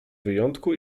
wyjątku